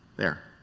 there.